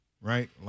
right